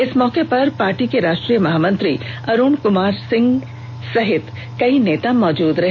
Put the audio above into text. इस मौके पर पार्टी के राष्ट्रीय महामंत्री अरुण कुमार सिंह सहित कई नेता मौजूद रहे